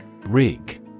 Rig